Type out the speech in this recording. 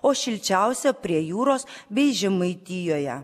o šilčiausia prie jūros bei žemaitijoje